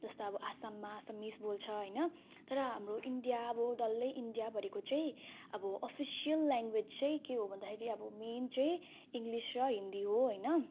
जस्तो अब असममा आसामिज बोल्छ होइन तर हाम्रो इन्डिया अब डल्लै इन्डियाभरिको चाहिँ अब अफिसियल ल्याङ्गवेज चाहिँ के हो भन्दाखेरि अब मेन चाहिँ इङ्ग्लिस र हिन्दी हो होइन